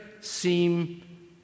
seem